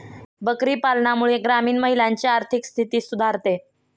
बकरी पालनामुळे ग्रामीण महिलांची आर्थिक स्थिती सुधारते